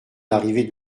l’arrivée